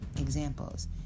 examples